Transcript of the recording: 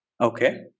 Okay